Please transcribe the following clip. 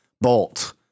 Bolt